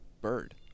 bird